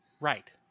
Right